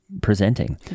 presenting